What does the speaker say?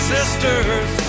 Sisters